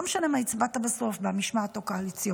לא משנה מה הצבעת בסוף במשמעת הקואליציונית.